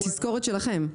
תזכורת שלכם,